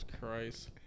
Christ